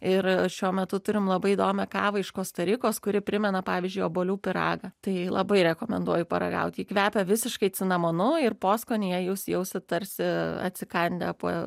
ir šiuo metu turim labai įdomią kavą iš kosta rikos kuri primena pavyzdžiui obuolių pyragą tai labai rekomenduoju paragauti ji kvepia visiškai cinamonu ir poskonyje jūs jausit tarsi atsikandę po